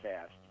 fast